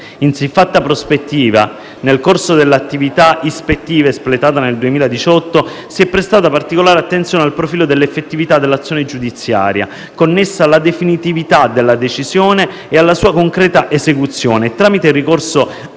In siffatta prospettiva, nel corso dell'attività ispettiva espletata nel 2018 si è prestata particolare attenzione al profilo dell'effettività dell'azione giudiziaria connessa alla definitività della decisione e alla sua concreta esecuzione. Tramite ricorso a